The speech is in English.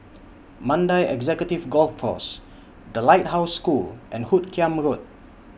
Mandai Executive Golf Course The Lighthouse School and Hoot Kiam Road